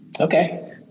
Okay